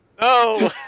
No